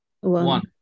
one